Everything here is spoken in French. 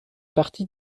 parti